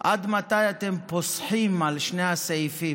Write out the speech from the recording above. עד מתי אתם פוסחים על שתי הסעיפּים?